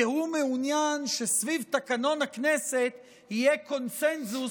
כי הוא מעוניין שסביב תקנון הכנסת יהיה קונסנזוס,